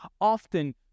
often